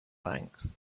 banks